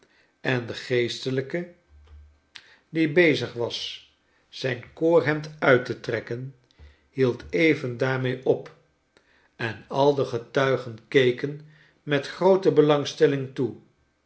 en de geestelijke die bezig was zijn koorhemd uit te trekken hield even daarmee op en al de getuigen keken met groote belangstelling toe